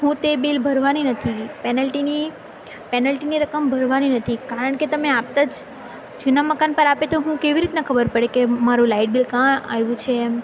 હું તે બિલ ભરવાની નથી પેનલ્ટીની પેનલ્ટીની રકમ ભરવાની નથી કારણ કે તમે આપતા જ જૂના મકાન પર આપે તો હું કેવી રીતના ખબર પડે કે મારું લાઇટ બિલ કહા આવ્યું છે એમ